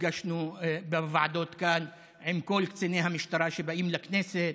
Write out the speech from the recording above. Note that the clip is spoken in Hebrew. נפגשנו בוועדות כאן עם כל קציני המשטרה שבאים לכנסת,